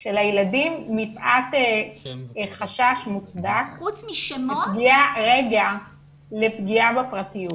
של הילדים מפאת חשש מוצדק --- חוץ משמות --- לפגיעה בפרטיות.